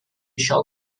šiol